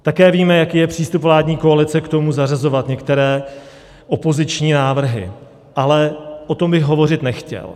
Také víme, jaký je přístup vládní koalice k tomu zařazovat některé opoziční návrhy, ale o tom bych hovořit nechtěl.